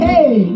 Hey